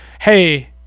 hey